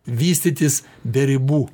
vystytis be ribų